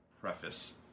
Preface